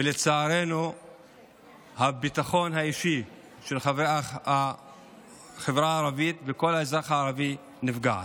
ולצערנו הביטחון האישי של החברה הערבית ושל כל אזרח ערבי נפגע.